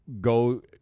Go